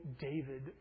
David